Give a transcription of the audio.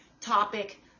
topic